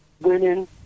women